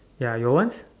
ya your once